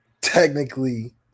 Technically